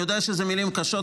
אני יודע שאלה מילים קשות,